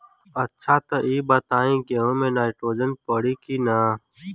अच्छा त ई बताईं गेहूँ मे नाइट्रोजन पड़ी कि ना?